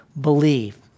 believe